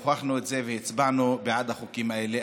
הוכחנו את זה והצבענו בעד החוקים האלה.